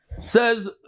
Says